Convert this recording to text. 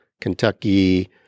Kentucky